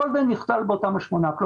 כל זה נכלל באותם שמונת השקלים.